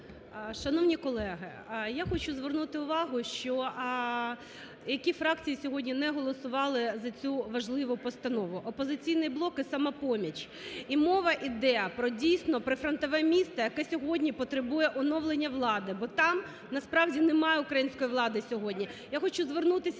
Шановні колеги, я хочу звернути увагу, що… які фракції сьогодні не голосували за цю важливу постанову: "Опозиційний блок" і "Самопоміч". І мова йде про, дійсно, прифронтове місто, яке сьогодні потребує оновлення влади, бо там, насправді, немає української влади сьогодні. Я хочу звернутися